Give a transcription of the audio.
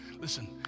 listen